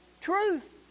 truth